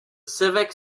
civic